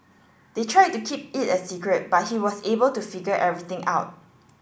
they tried to keep it a secret but he was able to figure everything out